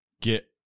get